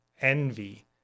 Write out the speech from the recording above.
envy